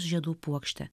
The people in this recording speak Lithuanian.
žiedų puokštė